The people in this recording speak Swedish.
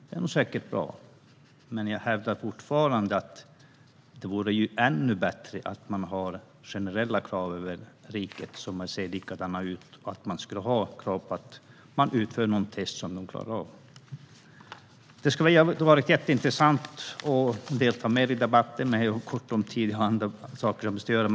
Det är säkert bra, men jag hävdar fortfarande att det vore ännu bättre att ha generella krav över riket som ser likadana ut och att det skulle finnas krav på att utföra och klara av något test. Det hade varit jätteintressant att delta mer i debatten, men jag har andra saker jag måste göra.